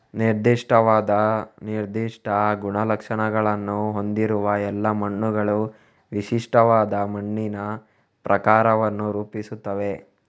ನಿರ್ದಿಷ್ಟವಾದ ನಿರ್ದಿಷ್ಟ ಗುಣಲಕ್ಷಣಗಳನ್ನು ಹೊಂದಿರುವ ಎಲ್ಲಾ ಮಣ್ಣುಗಳು ವಿಶಿಷ್ಟವಾದ ಮಣ್ಣಿನ ಪ್ರಕಾರವನ್ನು ರೂಪಿಸುತ್ತವೆ